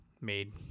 made